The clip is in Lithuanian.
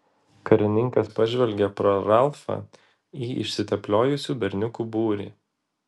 karininkas pažvelgė pro ralfą į išsitepliojusių berniukų būrį